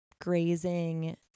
grazing